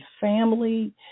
family